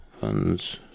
Funds –